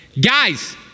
guys